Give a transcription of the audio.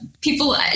People